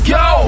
go